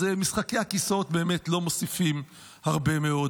אז משחקי הכיסאות באמת לא מוסיפים הרבה מאוד.